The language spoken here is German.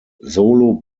solo